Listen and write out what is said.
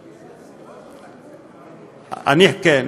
כן.